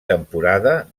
temporada